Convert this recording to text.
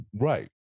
Right